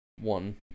one